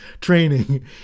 training